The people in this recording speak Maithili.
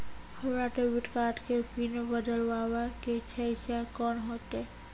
हमरा डेबिट कार्ड के पिन बदलबावै के छैं से कौन होतै?